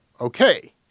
Okay